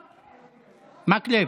מקלב,